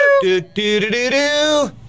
Do-do-do-do-do